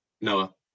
Noah